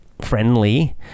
friendly